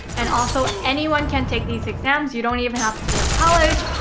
and, also anyone can take these exams. you don't even have to be in college.